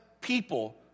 people